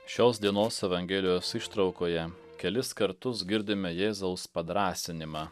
šios dienos evangelijos ištraukoje kelis kartus girdime jėzaus padrąsinimą